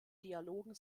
dialogen